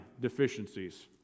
deficiencies